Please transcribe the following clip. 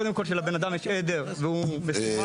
קודם כל שלבן אדם יש עדר והוא מסומן.